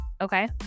okay